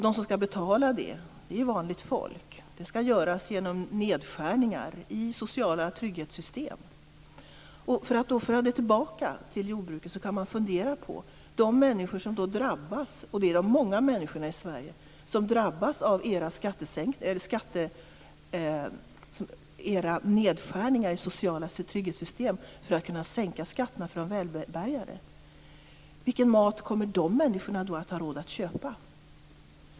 De som skall betala detta är vanligt folk. Det skall göras genom nedskärningar i sociala trygghetssystem. Låt mig föra detta tillbaka till jordbruket. Det är de många människorna i Sverige som kommer att drabbas av nedskärningarna i de sociala trygghetssystem för att ni skall kunna sänka skatterna för de välbärgade. Man kan fundera på vilken mat dessa människor kommer att ha råd att köpa.